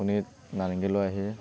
আপুনি নাৰেঙ্গীলৈ আহি